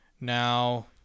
Now